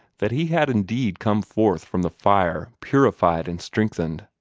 that he had indeed come forth from the fire purified and strengthened.